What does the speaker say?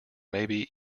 maybe